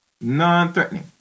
non-threatening